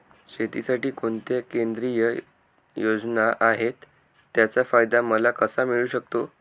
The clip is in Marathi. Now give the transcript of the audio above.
शेतीसाठी कोणत्या केंद्रिय योजना आहेत, त्याचा फायदा मला कसा मिळू शकतो?